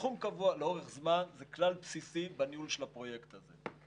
סכום קבוע לאורך זמן זה כלל בסיסי בניהול של הפרויקט הזה.